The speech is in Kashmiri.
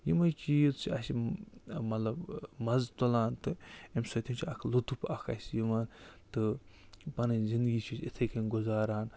یِمَے چیٖز چھِ اَسہِ مطلب مَزٕ تُلان تہٕ اَمہِ سۭتۍ تہِ چھِ اَکھ لُطف اَکھ اَسہِ یِوان تہٕ پَنٕنۍ زندگی چھِ أسۍ یِتھَے کٔنۍ گُزاران